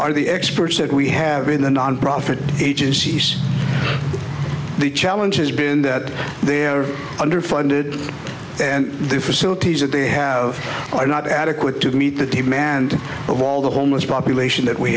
are the experts that we have in the nonprofit agency so the challenge has been that they are underfunded and the facilities that they have are not adequate to meet the demand of all the homeless population that we